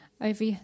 over